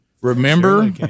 Remember